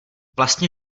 vlastně